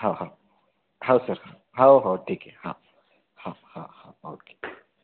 हा हा हा सर हो हो ठीक आहे हा हा हा ओके